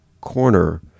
corner